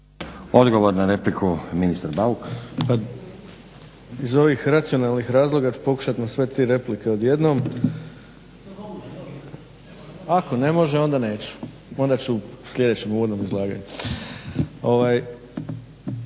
Odgovor na repliku ministar Bauk. **Bauk, Arsen (SDP)** Iz ovih racionalnih razloga ja ću pokušati na sve tri replike odjednom. Ako ne može onda neću, onda ću u sljedećem uvodnom izlaganju.